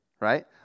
right